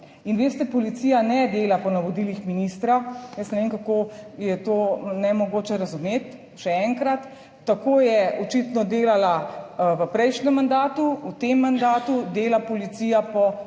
in veste, policija ne dela po navodilih ministra. Jaz ne vem, kako je to nemogoče razumeti. Še enkrat, tako je očitno delala v prejšnjem mandatu, v tem mandatu dela policija po